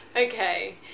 Okay